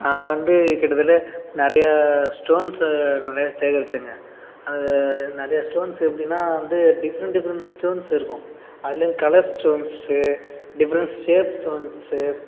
நான் வந்து கிட்டத்தட்ட நிறையா ஸ்டோன்ஸை நிறையா சேகரிச்சேங்க அது நிறைய ஸ்டோன்ஸ் எப்படினா வந்து டிஃப்ரெண்ட் டிஃப்ரெண்ட் ஸ்டோன்ஸ் இருக்கும் அதுலேயும் colour stones different shape stones